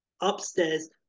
Upstairs